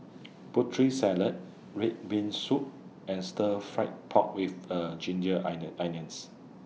Putri Salad Red Bean Soup and Stir Fried Pork with A Ginger Onions